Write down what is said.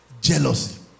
jealousy